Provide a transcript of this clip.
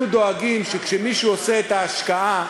אנחנו דואגים שכשמישהו עושה את ההשקעה,